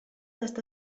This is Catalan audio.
està